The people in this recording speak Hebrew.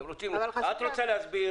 את רוצה להסביר,